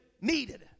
needed